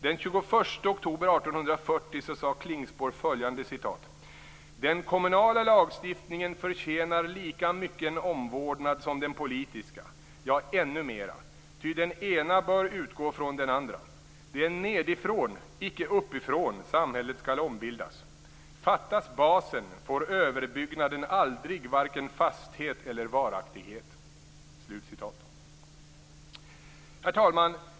"Den 21 oktober 1840 sade Klingspor följande: Den communala lagstiftningen förtjenar lika mycken omvårdnad som den politiska, ja ännu mera, ty den ena bör utgå från den andra. Det är nedifrån, icke uppifrån, samhället skall ombildas; fattas basen, får öfverbyggnaden aldrig hvarken fasthet eller varaktighet." Herr talman!